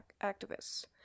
activists